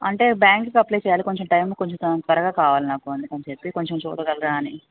అంటే బ్యాంక్కు అప్లయ్ చెయ్యాలి కొంచెం టైం కొంచెం త్వరగా కావాలి నాకు అందుకని చెప్పి కొంచెం చూడగలరా అని